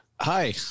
Hi